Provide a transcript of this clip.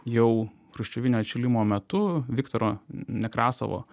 jau chruščiovinio atšilimo metu viktoro nekrasovo